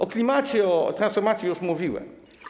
O klimacie, o transformacji już mówiłem.